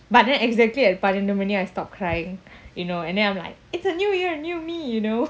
but then exactly at பனிரெண்டுமணி:panirendu mani I stopped crying you know and then I'm like it's a new year new me you know